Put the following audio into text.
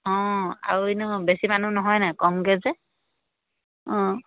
অঁ আৰু এনেও বেছি মানুহ নহয়নে কমকৈ যে অঁ